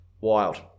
Wild